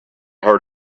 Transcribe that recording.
heard